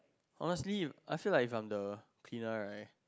honestly I feel like it's from the cleaner right